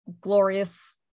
glorious